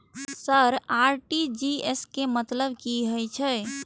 Sir RTGS के मतलब की हे छे?